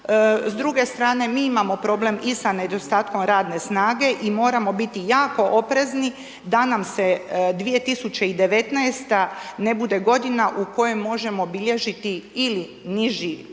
S druge strane mi imamo problem i sa nedostatkom radne snage i moramo biti jako oprezni da nam se 2019. ne bude godina u kojoj možemo bilježiti ili niži porast